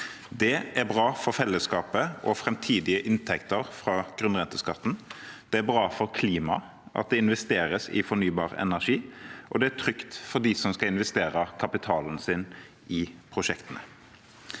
Det er bra for fellesskapet og framtidige inntekter fra grunnrenteskatten, det er bra for klimaet at det investeres i fornybar energi, og det er trygt for dem som skal investere kapitalen sin i prosjektene.